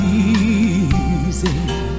easy